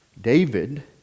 david